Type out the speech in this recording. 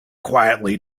quietly